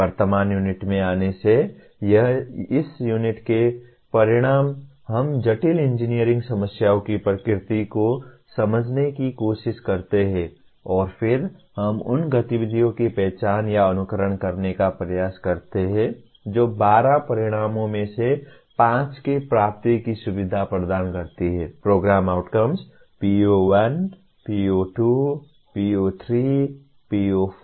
वर्तमान यूनिट में आने से इस यूनिट के परिणाम हम जटिल इंजीनियरिंग समस्याओं की प्रकृति को समझने की कोशिश करते हैं और फिर हम उन गतिविधियों की पहचान या अनुकरण करने का प्रयास करते हैं जो 12 परिणामों में से 5 की प्राप्ति की सुविधा प्रदान करती हैं programme outcomes PO1 PO2 PO3 PO4 और PO5